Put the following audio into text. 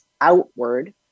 outward